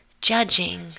judging